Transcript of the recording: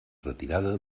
retirada